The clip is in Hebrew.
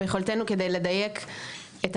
אני רוצה לדעת מדוע הנושא הזה לא